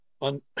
on